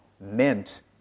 meant